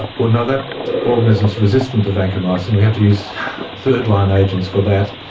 well, no, that organism is resistant to vancomycin, we have to use third-line agents for that.